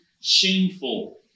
shameful